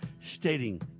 stating